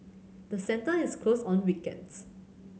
the centre is closed on weekends